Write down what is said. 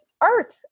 art